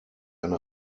eine